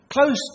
close